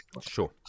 Sure